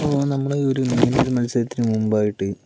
ഇപ്പോൾ നമ്മൾ ഒരു നീന്തല് മത്സരത്തിനു മുമ്പായിട്ട്